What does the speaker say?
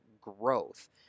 growth